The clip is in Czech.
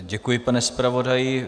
Děkuji, pane zpravodaji.